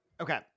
Okay